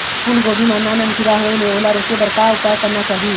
फूलगोभी मां नान नान किरा होयेल ओला रोके बर का उपाय करना चाही?